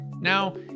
Now